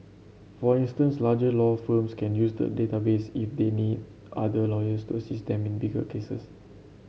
for instance larger law firms can use the database if they need other lawyers to assist them in bigger cases